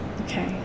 Okay